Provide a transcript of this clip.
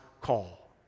call